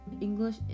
english